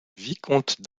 vicomte